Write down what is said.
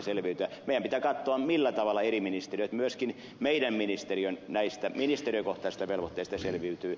meidän pitää katsoa millä tavalla eri ministeriöt myöskin meidän ministeriömme näistä ministeriökohtaisista velvoitteista selviytyvät